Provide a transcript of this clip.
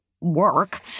work